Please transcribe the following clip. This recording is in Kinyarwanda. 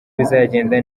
bizagenda